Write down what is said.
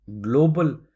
global